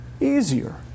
easier